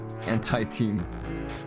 anti-team